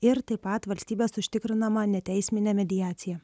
ir taip pat valstybės užtikrinama neteisminė mediacija